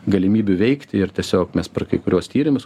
galimybių veikti ir tiesiog mes per kai kuriuos tyrimus